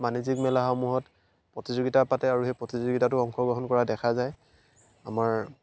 বাণিজ্য়িক মেলাসমূহত প্ৰতিযোগীতা পাতে আৰু সেই প্ৰতিযোগীতাতো অংশগ্ৰহণ কৰা দেখা যায় আমাৰ